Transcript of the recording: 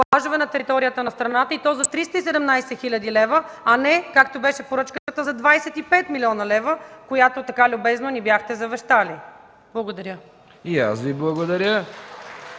на територията на страната, и то за 317 хил. лв., а не както беше поръчката за 25 млн. лв., която така любезно ни бяхте завещали. Благодаря. (Ръкопляскания